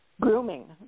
grooming